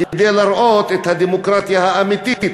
כדי להראות את הדמוקרטיה האמיתית.